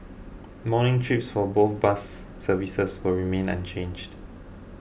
morning trips for both bus services will remain unchanged